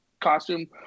costume